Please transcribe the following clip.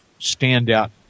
standout